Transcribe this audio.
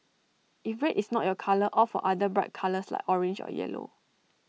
if red is not your colour opt for other bright colours like orange or yellow